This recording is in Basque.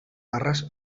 arras